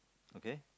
okay